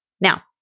Now